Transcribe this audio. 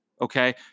Okay